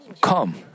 come